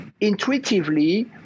Intuitively